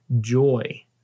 joy